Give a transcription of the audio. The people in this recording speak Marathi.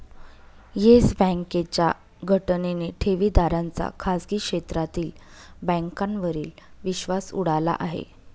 येस बँकेच्या घटनेने ठेवीदारांचा खाजगी क्षेत्रातील बँकांवरील विश्वास उडाला आहे